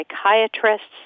psychiatrists